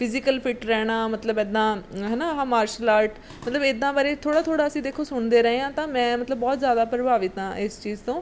physical fit ਰਹਿਣਾ ਮਤਲਬ ਇੱਦਾਂ ਹੈ ਨਾ ਆਹਾ ਮਾਰਸ਼ਲ ਆਰਟਸ ਮਤਲਬ ਇਹਦੇ ਬਾਰੇ ਥੋੜ੍ਹਾ ਥੋੜ੍ਹਾ ਅਸੀਂ ਦੇਖੋ ਸੁਣਦੇ ਰਹੇ ਹਾਂ ਤਾਂ ਮੈਂ ਮਤਲਬ ਬਹੁਤ ਜ਼ਿਆਦਾ ਪ੍ਰਭਾਵਿਤ ਹਾਂ ਇਸ ਚੀਜ਼ ਤੋਂ